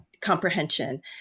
comprehension